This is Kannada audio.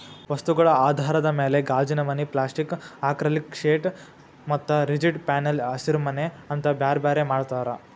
ವಸ್ತುಗಳ ಆಧಾರದ ಮ್ಯಾಲೆ ಗಾಜಿನಮನಿ, ಪ್ಲಾಸ್ಟಿಕ್ ಆಕ್ರಲಿಕ್ಶೇಟ್ ಮತ್ತ ರಿಜಿಡ್ ಪ್ಯಾನೆಲ್ ಹಸಿರಿಮನಿ ಅಂತ ಬ್ಯಾರ್ಬ್ಯಾರೇ ಮಾಡ್ತಾರ